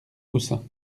coussins